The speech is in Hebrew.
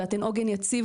ואתם עוגן יציב